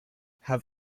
have